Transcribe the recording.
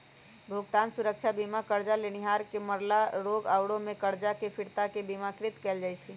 भुगतान सुरक्षा बीमा करजा लेनिहार के मरला, रोग आउरो में करजा के फिरता के बिमाकृत कयल जाइ छइ